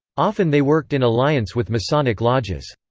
often they worked in alliance with masonic lodges.